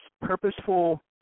purposeful